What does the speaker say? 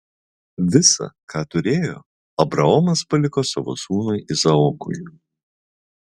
visa ką turėjo abraomas paliko savo sūnui izaokui